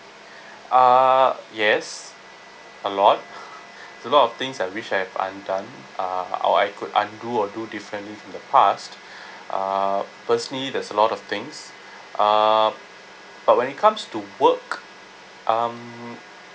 uh yes a lot a lot of things I wish I've undone uh or I could undo or do differently from the past uh firstly there's a lot of things uh but when it comes to work um